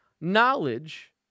knowledge